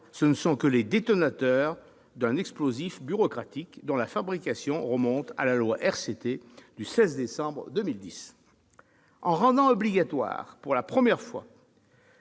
ce ne sont que les détonateurs d'un explosif bureaucratique dont la fabrication remonte à la loi RCT du 16 décembre 2010. En rendant obligatoire, pour la première fois,